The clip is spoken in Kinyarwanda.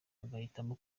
bagahitamo